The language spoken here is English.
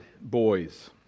boys